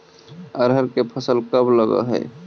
अरहर के फसल कब लग है?